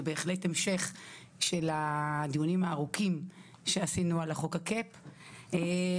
זה בהחלט המשך של הדיונים הארוכים שעשינו על חוקה ה-cep וכרגיל,